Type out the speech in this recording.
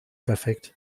perfekt